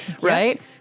Right